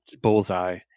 bullseye